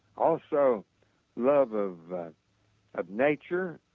also love of ah nature,